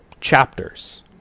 chapters